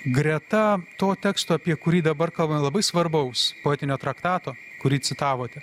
greta to teksto apie kurį dabar kalbam labai svarbaus poetinio traktato kurį citavote